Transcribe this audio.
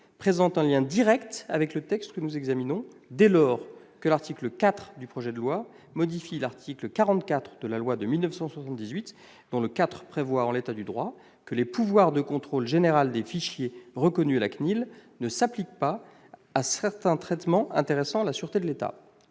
présentent un lien direct avec le texte que nous examinons, dès lors que l'article 4 du projet de loi modifie l'article 44 de la loi de 1978 dont le IV prévoit, en l'état actuel du droit, que les pouvoirs de contrôle général des fichiers reconnus à la CNIL ne s'appliquent pas à certains traitements intéressant la sûreté de l'État.